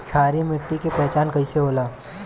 क्षारीय मिट्टी के पहचान कईसे होला?